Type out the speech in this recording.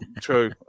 true